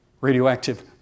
radioactive